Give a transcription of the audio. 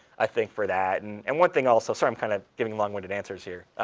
i think, for that. and and one thing also sorry, i'm kind of giving long-winded answers here.